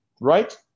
right